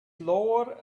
lower